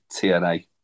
TNA